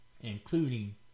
Including